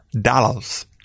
dollars